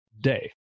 day